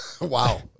Wow